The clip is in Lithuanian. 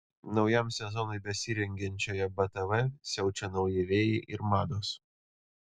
naujam sezonui besirengiančioje btv siaučia nauji vėjai ir mados